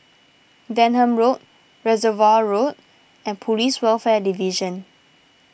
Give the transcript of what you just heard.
Denham Road Reservoir Road and Police Welfare Division